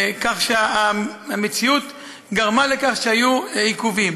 כך שהמציאות גרמה לכך שהיו עיכובים.